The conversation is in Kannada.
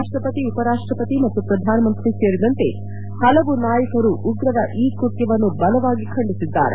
ರಾಷ್ಟಸತಿ ಉಪರಾಷ್ಟಪತಿ ಮತ್ತು ಪ್ರಧಾನಮಂತ್ರಿ ಸೇರಿದಂತೆ ಹಲವು ನಾಯಕರು ಉಗ್ರರ ಈ ಕೃತ್ಯವನ್ನು ಬಲವಾಗಿ ಖಂಡಿಸಿದ್ದಾರೆ